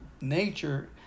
nature